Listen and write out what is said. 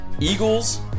Eagles